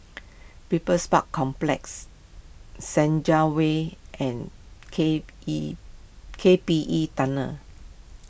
People's Park Complex Senja Way and K E K P E Tunnel